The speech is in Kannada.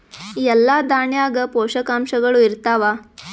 ಎಲ್ಲಾ ದಾಣ್ಯಾಗ ಪೋಷಕಾಂಶಗಳು ಇರತ್ತಾವ?